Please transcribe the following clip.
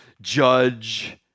judge